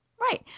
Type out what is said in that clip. Right